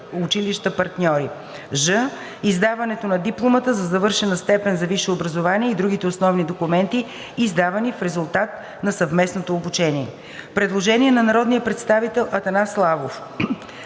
училища партньори; ж) издаването на дипломата за завършена степен на висше образование и другите основни документи, издавани в резултат на съвместното обучение.“ Предложение на народния представител Атанас Славов